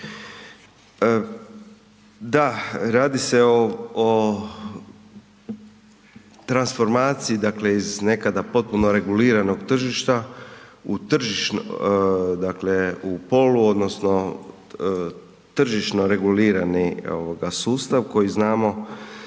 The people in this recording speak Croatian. Da, radi se o transformaciji iz nekada potpuno reguliranog tržišta u polu odnosno tržišno regulirani sustav koji znamo